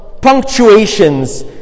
punctuations